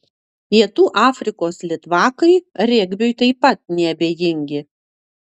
pietų afrikos litvakai regbiui taip pat neabejingi